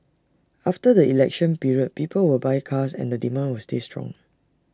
after the election period people will buy cars and the demand will stay strong